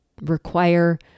require